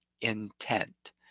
intent